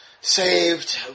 saved